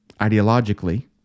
ideologically